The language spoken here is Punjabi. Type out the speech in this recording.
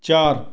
ਚਾਰ